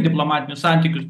diplomatinių santykių